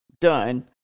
done